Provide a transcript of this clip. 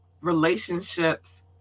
relationships